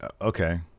Okay